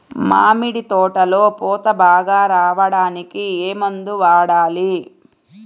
మామిడి తోటలో పూత బాగా రావడానికి ఏ మందు వాడాలి?